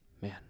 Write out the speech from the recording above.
Man